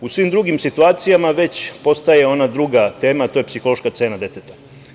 U svim drugim situacijama već postaje ona druga tema, a to je psihološka cena deteta.